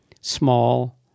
small